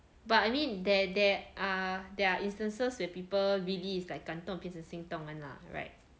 but I mean there there are there are instances where people really is like 感动变成心动 [one] lah right